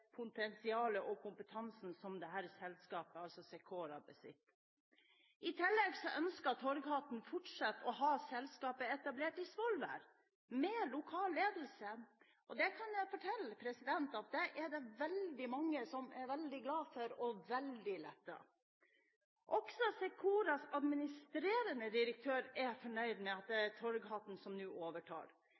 potensialet og den kompetansen som dette selskapet, Secora, besitter. I tillegg ønsker Torghatten fortsatt å ha selskapet etablert i Svolvær med lokal ledelse. Det kan jeg fortelle at det er det veldig mange som er veldig glade for og veldig lettet over. Også Secoras administrerende direktør er fornøyd med at det er Torghatten som nå overtar.